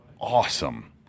awesome